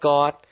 God